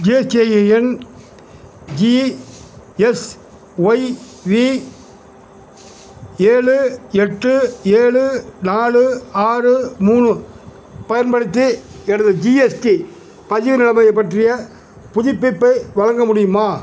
GSTIN GSYV ஏழு எட்டு ஏழு நாலு ஆறு மூணு பயன்படுத்தி எனது ஜிஎஸ்டி பதிவு நிலைமைப் பற்றிய புதுப்பிப்பை வழங்க முடியுமா